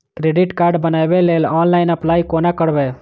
Credit card बनाबै लेल online apply कोना करबै?